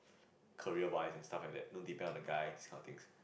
career wise and stuff like that don't depend on the guy this kind of things